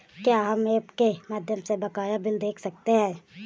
क्या हम ऐप के माध्यम से बकाया बिल देख सकते हैं?